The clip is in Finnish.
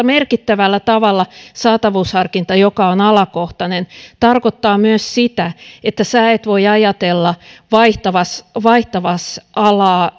merkittävällä tavalla saatavuusharkinta joka on alakohtainen tarkoittaa myös sitä että sinä et voi ajatella vaihtavasi vaihtavasi alaa